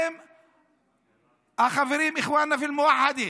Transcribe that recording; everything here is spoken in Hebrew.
(אומר דברים בשפה הערבית,